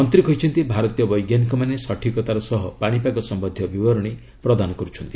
ମନ୍ତ୍ରୀ କହିଛନ୍ତି ଭାରତୀୟ ବୈଜ୍ଞାନିକମାନେ ସଠିକତାର ସହ ପାଣିପାଗ ସମ୍ଭନ୍ଧୀୟ ବିବରଣୀ ପ୍ରଦାନ କରୁଛନ୍ତି